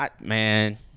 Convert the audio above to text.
man –